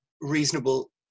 reasonable